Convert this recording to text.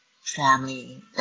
family